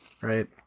Right